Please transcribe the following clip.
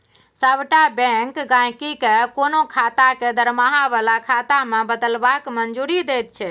सभटा बैंक गहिंकी केँ कोनो खाता केँ दरमाहा बला खाता मे बदलबाक मंजूरी दैत छै